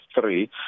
three